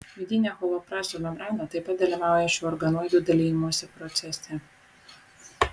vidinė chloroplastų membrana taip pat dalyvauja šių organoidų dalijimosi procese